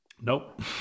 Nope